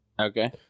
Okay